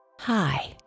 Hi